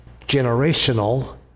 generational